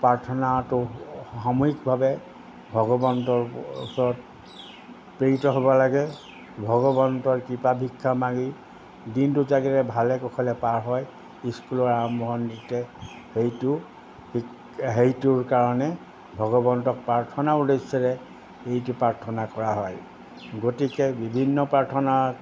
প্ৰাৰ্থনাটো সমূহিকভাৱে ভগৱন্তৰ ওচৰত প্ৰেৰিত হ'ব লাগে ভগৱন্তৰ কৃপা ভিক্ষা মাগি দিনটো জাগিৰে ভালে কৌশলে পাৰ হয় স্কুলৰ আৰম্ভণিতে সেইটো শিক সেইটোৰ কাৰণে ভগৱন্ত প্ৰাৰ্থনা উদ্দেশ্যৰে এইটো প্ৰাৰ্থনা কৰা হয় গতিকে বিভিন্ন প্ৰাৰ্থনা